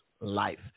life